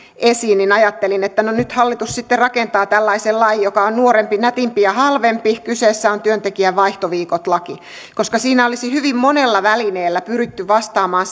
esiin niin ajattelin että no nyt hallitus sitten rakentaa tällaisen lain joka on nuorempi nätimpi ja halvempi ja että kyseessä on työntekijän vaihtoviikot laki koska siinä olisi hyvin monella välineellä pyritty vastaamaan